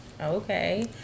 okay